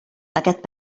aquest